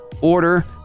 order